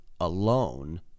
alone